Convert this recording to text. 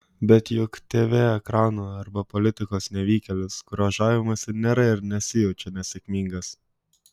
bet juk tv ekranų arba politikos nevykėlis kuriuo žavimasi nėra ir nesijaučia nesėkmingas